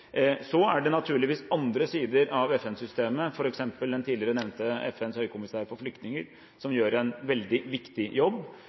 er naturligvis andre sider av FN-systemet – f.eks. den tidligere nevnte FNs høykommissær for flyktninger, som gjør en veldig viktig jobb.